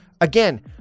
Again